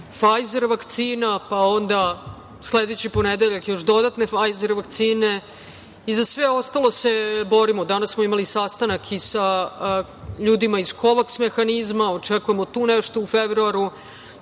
„Fajzer“ vakcina, pa onda sledeći ponedeljak još dodatne „Fajzer“ vakcine.Za sve ostalo se borimo. Danas smo imali sastanak i sa ljudima iz Kovaks mehanizma, očekujemo tu nešto u februaru.